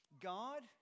God